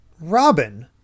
Robin